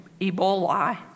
Ebola